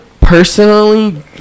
personally